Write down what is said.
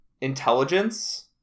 intelligence